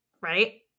right